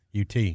UT